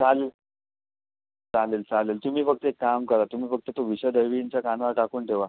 चालेल चालेल चालेल तुम्ही फक्त एक काम करा तुम्ही फक्त तो विषय दळवींच्या कानावर टाकून ठेवा